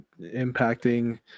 impacting